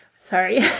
sorry